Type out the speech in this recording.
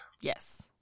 Yes